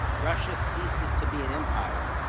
russia ceases to be an empire